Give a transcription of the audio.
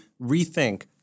rethink